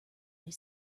they